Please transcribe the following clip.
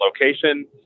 location